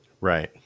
Right